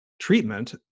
treatment